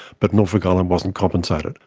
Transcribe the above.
but norfolk island wasn't compensated,